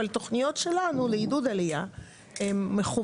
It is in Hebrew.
אבל תוכניות שלנו לעידוד עלייה מכוונות.